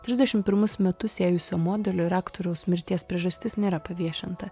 trisdešimt pirmus metus ėjusio modelio ir aktoriaus mirties priežastis nėra paviešinta